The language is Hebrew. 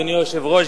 אדוני היושב-ראש,